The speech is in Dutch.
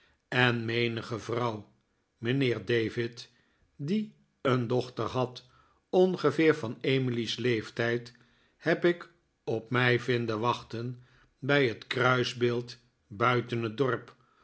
en menige vrouw mijnheer david die een dochter had ongeveer van emily's leeftijd heb ik op mij vinden wachten bij het kruisbeeld buiten het dorp